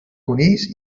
conills